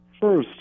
first